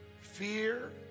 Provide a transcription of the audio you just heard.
fear